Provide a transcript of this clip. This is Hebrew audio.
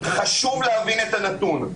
חשוב להבין את הנתון.